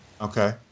Okay